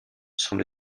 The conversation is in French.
sont